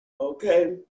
Okay